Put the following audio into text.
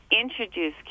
introduce